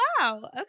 wow